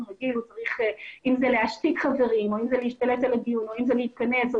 רגיל כי הוא צריך להשתיק חברים או להשתלט על הדיון או להתכנס או